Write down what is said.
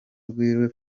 rwiwe